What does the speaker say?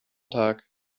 tag